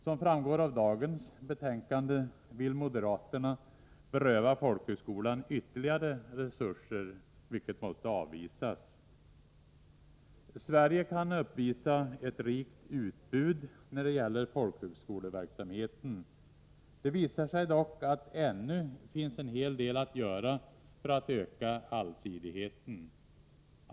Som framgår av dagens betänkan 22 mars 1984 de vill moderaterna beröva folkhögskolan ytterligare resurser, vilket måste avvisas. Sverige kan uppvisa ett rikt utbud när det gäller folkhögskoleverksamheten. Det visar sig dock att det ännu finns en hel del att göra för att öka allsidigheten.